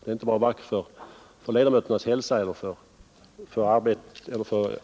Det kan inte vara bra för vare sig ledamöternas hälsa eller för